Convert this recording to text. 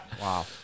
Wow